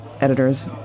editors